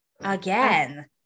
again